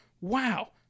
Wow